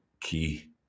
Key